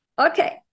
Okay